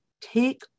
take